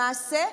למעשה,